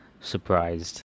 surprised